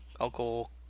Uncle